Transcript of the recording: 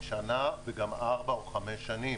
שנה וגם ארבע שנים,